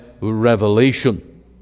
revelation